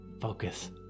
focus